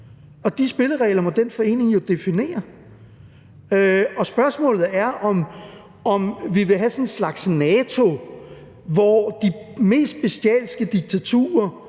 og de spilleregler må den forening jo definere. Spørgsmålet er, om vi vil have sådan en slags NATO, hvor de mest bestialske diktaturer